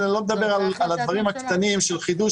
אני לא מדבר על הדברים הקטנים של חידוש